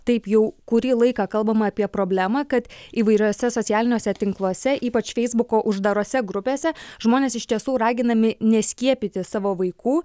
taip jau kurį laiką kalbama apie problemą kad įvairiuose socialiniuose tinkluose ypač feisbuko uždarose grupėse žmonės iš tiesų raginami neskiepyti savo vaikų